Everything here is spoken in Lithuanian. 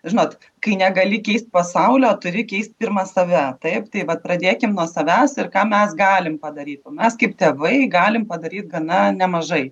žinot kai negali keist pasaulio turi keist pirma save taip tai vat pradėkim nuo savęs ir ką mes galim padaryt o mes kaip tėvai galim padaryt gana nemažai